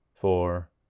four